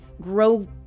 grow